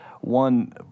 one